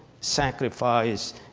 sacrifice